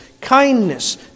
kindness